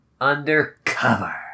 undercover